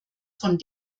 von